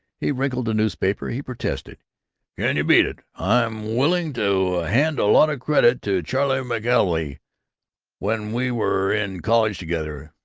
he wrinkled the newspaper. he protested can you beat it! i'm willing to hand a lot of credit to charley mckelvey. when we were in college together,